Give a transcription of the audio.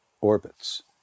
orbits